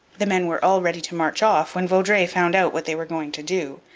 the men were all ready to march off when vaudreuil found out what they were going to do.